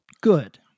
good